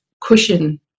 cushion